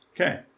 Okay